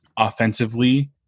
offensively